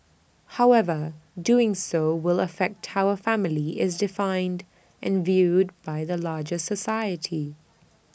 however doing so will affect how A family is defined and viewed by the larger society